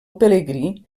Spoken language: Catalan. pelegrí